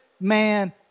man